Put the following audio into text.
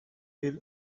kill